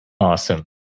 Awesome